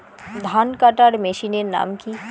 ধান কাটার মেশিনের নাম কি?